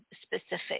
specific